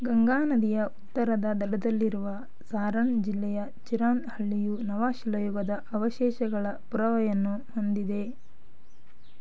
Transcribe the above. ಗಂಗಾ ನದಿಯ ಉತ್ತರದ ದಡದಲ್ಲಿರುವ ಸಾರಣ್ ಜಿಲ್ಲೆಯ ಚಿರಾಂದ್ ಹಳ್ಳಿಯು ನವಶಿಲಾಯುಗದ ಅವಶೇಷಗಳ ಪುರಾವೆಯನ್ನು ಹೊಂದಿದೆ